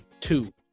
two